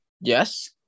Yes